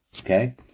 Okay